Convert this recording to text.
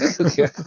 Okay